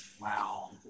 Wow